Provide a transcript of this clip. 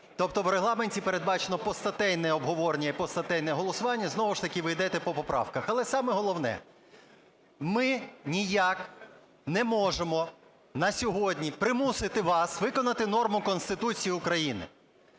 Тобто в Регламенті передбачено постатейне обговорення і постатейне голосування, знову ж таки ви йдете по поправках. Але саме головне, ми ніяк не можемо на сьогодні примусити вас виконати норму Конституції України.